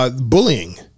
Bullying